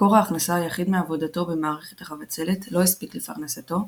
מקור ההכנסה היחיד מעבודתו במערכת החבצלת לא הספיק לפרנסתו,